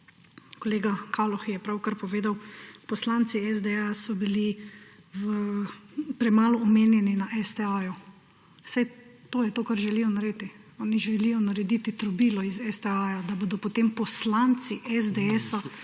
kolega Kaloh je pravkar povedal, poslanci SD so bili premalo omenjeni na STA. Saj to je to, kar želijo narediti. Oni želijo narediti trobilo iz STA, da bodo potem poslanci SDS